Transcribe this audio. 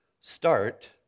start